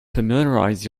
familiarize